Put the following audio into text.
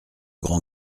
grand